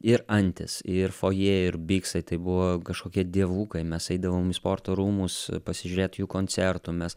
ir antis ir fojė ir biksai tai buvo kažkokie dievukai mes eidavom į sporto rūmus pasižiūrėt jų koncertų mes